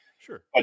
Sure